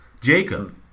Jacob